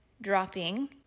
dropping